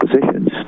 positions